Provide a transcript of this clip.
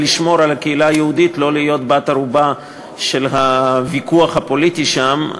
לשמור על הקהילה היהודית שלא תהיה בת-ערובה של הוויכוח הפוליטי שם.